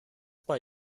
bei